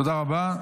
תודה רבה.